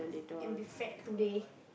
and be fat today